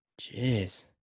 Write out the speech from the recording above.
Jeez